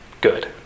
good